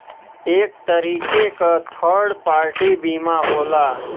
एक तरीके क थर्ड पार्टी बीमा होला